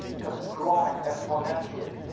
cause it's growing exponentially.